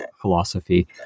philosophy